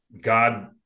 God